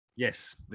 Yes